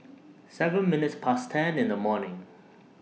seven minutes Past ten in The morning